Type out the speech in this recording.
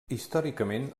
històricament